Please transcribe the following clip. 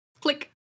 Click